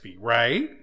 right